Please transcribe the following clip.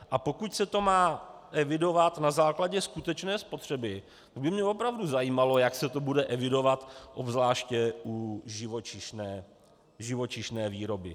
A pokud se to má evidovat na základě skutečné spotřeby, tak by mě opravdu zajímalo, jak se to bude evidovat, obzvláště u živočišné výroby.